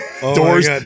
doors